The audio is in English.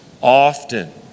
often